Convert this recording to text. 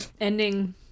ending